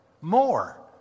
more